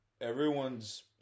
everyone's